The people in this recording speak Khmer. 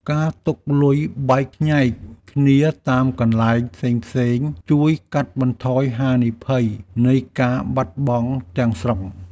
ការទុកលុយបែកខ្ញែកគ្នាតាមកន្លែងផ្សេងៗ ជួយកាត់បន្ថយហានិភ័យនៃការបាត់បង់ទាំងស្រុង។